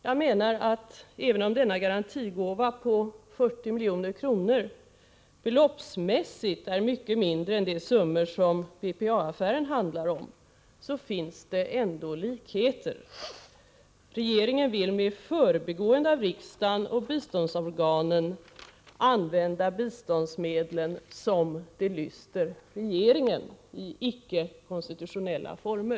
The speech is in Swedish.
Jag menar, att även om denna garantigåva på 40 milj.kr. beloppsmässigt är mycket mindre än de summor som BPA-affären handlar om, finns det ändå likheter. Regeringen vill, med förbigående av riksdagen och biståndsorganen, använda biståndsmedlen som det lyster regeringen i icke konstitutionella former!